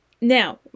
now